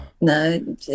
No